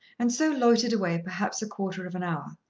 and so loitered away perhaps a quarter of an hour,